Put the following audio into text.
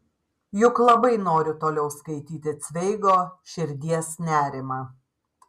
juk labai noriu toliau skaityti cveigo širdies nerimą